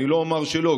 אני לא אומר שלא,